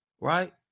Right